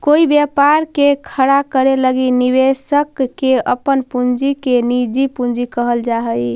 कोई व्यापार के खड़ा करे लगी निवेशक के अपन पूंजी के निजी पूंजी कहल जा हई